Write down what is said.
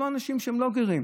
אנשים שהם לא גרים,